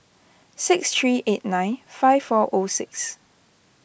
six three eight nine five four O six